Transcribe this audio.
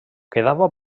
quedava